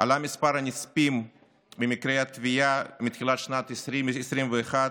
עלה מספר הנספים במקרי התביעה מתחילת שנת 2020,